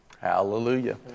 Hallelujah